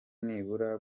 nibura